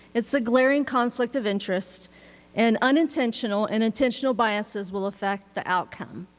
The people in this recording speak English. it's a glaring conflict of interest and unintentional and intentional biases will affect the outcome.